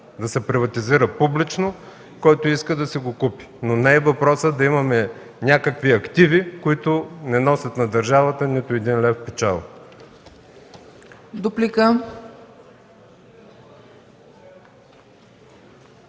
да се приватизира публично и който иска да си го купи. Въпросът не е да имаме активи, които не носят на държавата нито един лев печалба.